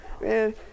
man